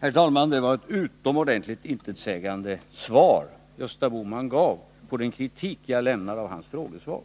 Herr talman! Det var ett utomordentligt intetsägande svar Gösta Bohman gav på den kritik av hans frågesvar som jag lämnade.